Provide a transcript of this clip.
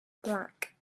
black